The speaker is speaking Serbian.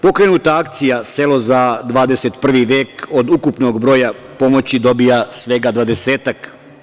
Pokrenuta akcija, „Selo za 21. vek“, od ukupnog broja pomoći dobija svega dvadesetak.